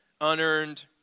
unearned